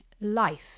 life